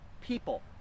people